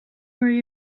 were